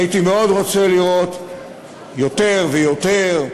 הייתי מאוד רוצה לראות יותר ויותר,